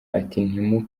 ati